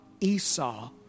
Esau